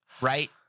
Right